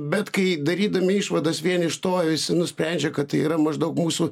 bet kai darydami išvadas vien iš to visi nusprendžia kad tai yra maždaug mūsų